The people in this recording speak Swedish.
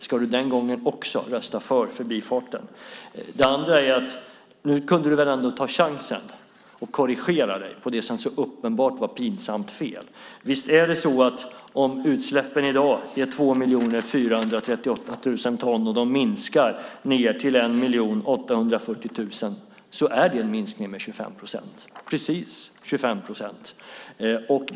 Ska Karin Svensson Smith rösta för förbifarten även då? Nu kunde du väl ta chansen, Karin Svensson Smith, och korrigera dig själv vad gäller det som var så uppenbart och pinsamt fel. Om utsläppen i dag är 2 438 000 ton och de minskar till 1 840 000 ton innebär det en minskning med exakt 25 procent.